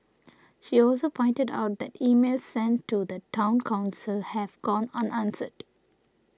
she also pointed out that emails sent to the Town Council have gone unanswered